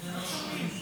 כנסת נכבדה,